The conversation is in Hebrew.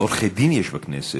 עורכי-דין יש בכנסת.